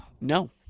No